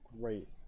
great